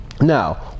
Now